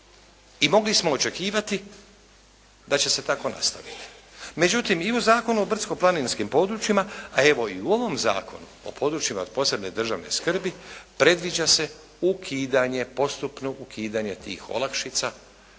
I mogli smo očekivati da će se tako nastaviti. Međutim, i u Zakonu o brdsko-planinskim područjima, a evo i u ovom Zakonu o područjima posebne državne skrbi, predviđa se ukidanje postupno ukidanje tih olakšica